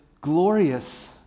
glorious